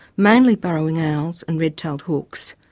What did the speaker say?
mainly burrowing owls and red-tailed hawks,